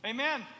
Amen